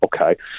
okay